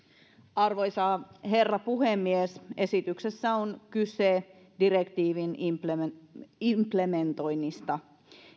arvoisa herra puhemies esityksessä on kyse direktiivin implementoinnista implementoinnista